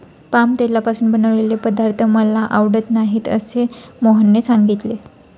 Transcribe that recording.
palm तेलापासून बनवलेले पदार्थ मला आवडत नाहीत असे मोहनने सांगितले